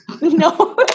No